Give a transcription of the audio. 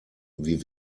wie